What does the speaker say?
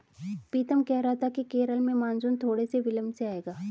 पीतम कह रहा था कि केरल में मॉनसून थोड़े से विलंब से आएगा